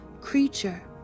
creature